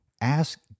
Ask